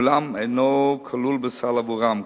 אולם אינו כלול בסל עבורם,